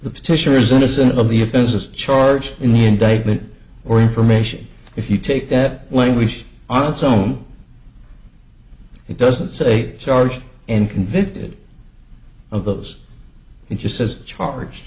the petitioners innocent of the offenses charged in the indictment or information if you take that languish on its own it doesn't say charged and convicted of those and just as charged